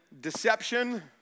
deception